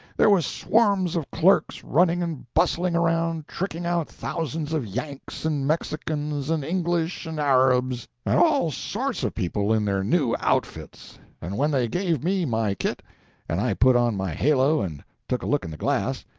there was swarms of clerks, running and bustling around, tricking out thousands of yanks and mexicans and english and arabs, and all sorts of people in their new outfits and when they gave me my kit and i put on my halo and took a look in the glass,